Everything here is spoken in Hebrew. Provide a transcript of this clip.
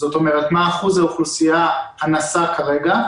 זאת אומרת מה אחוז האוכלוסייה הנשא כרגע,